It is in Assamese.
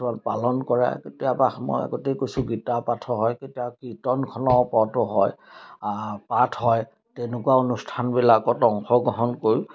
পালন কৰে কেতিয়াবা মই আগতে কৈছোঁ গীতা পাঠ হয় কেতিয়াবা কীৰ্তনখনৰ ওপৰতো হয় পাঠ হয় তেনেকুৱা অনুষ্ঠানবিলাকত অংশগ্ৰহণ কৰি